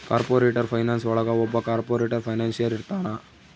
corporate finance ಒಳಗ ಒಬ್ಬ corporate financier ಇರ್ತಾನ